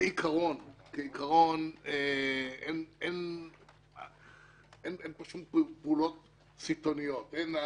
כעיקרון אין פה שום פעולות סיטונאיות,